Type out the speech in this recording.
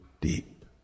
deep